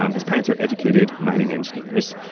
um his parents are educated, mining engineers.